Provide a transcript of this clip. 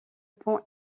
pont